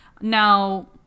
now